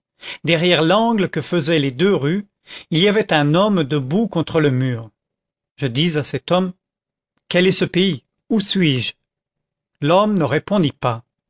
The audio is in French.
derrière l'angle que faisaient les deux rues il y avait un homme debout contre le mur je dis à cet homme quel est ce pays où suis-je l'homme ne répondit pas